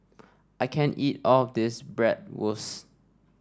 I can't eat all of this Bratwurst